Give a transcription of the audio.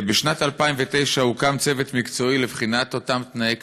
בשנת 2009 הוקם צוות מקצועי לבחינת תנאי הכליאה.